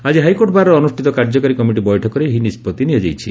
ଆଜି ହାଇକୋର୍ଟ ବାରର ଅନୁଷ୍ଟିତ କାର୍ଯ୍ୟକାରୀ କମିଟି ବୈଠକରେ ଏହି ନିଷ୍ଟଉି ନିଆଯାଇଛି